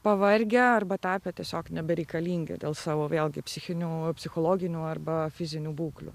pavargę arba tapę tiesiog nebereikalingi dėl savo vėlgi psichinių psichologinių arba fizinių būklių